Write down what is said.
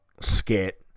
skit